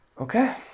okay